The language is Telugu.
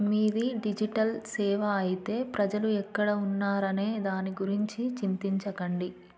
మీది డిజిటల్ సేవ అయితే ప్రజలు ఎక్కడ ఉన్నారనే దాని గురించి చింతించకండి